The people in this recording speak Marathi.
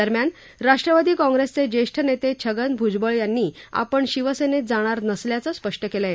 दरम्यान राष्ट्रवादी काँग्रेसचे ज्येष्ठ नेते छगन भुजबळ यांनी आपण शिवसेनेत जाणार नसल्याचं स्पष्ट केलं आहे